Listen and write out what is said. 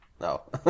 No